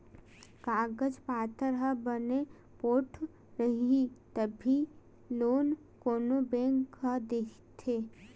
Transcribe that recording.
कागज पाथर ह बने पोठ रइही तभे लोन कोनो बेंक ह देथे